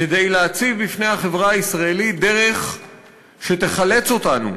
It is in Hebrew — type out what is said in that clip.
כדי להציב בפני החברה הישראלית דרך שתחלץ אותנו